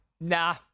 Nah